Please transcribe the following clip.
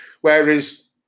whereas